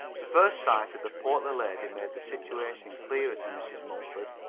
the first sight of the portly lady made the situation clearer to mrs. mumford.